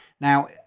Now